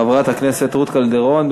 חברת הכנסת רות קלדרון.